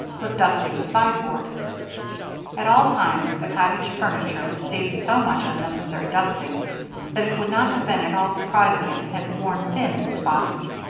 was dusting the sideboard at all times the cottage furniture received so much unnecessary dusting that it would not have been at all surprising if it had worn thin in spots.